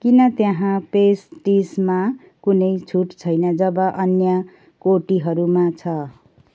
किन त्यहाँ पेस्ट्रिजमा कुनै छुट छैन जब अन्य कोटीहरूमा छ